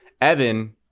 Evan